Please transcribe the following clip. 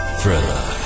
Thriller